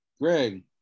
Greg